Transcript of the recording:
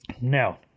Now